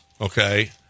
okay